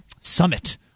summit